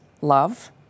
Love